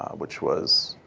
which was